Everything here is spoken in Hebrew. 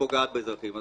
ופוגעת באזרחים,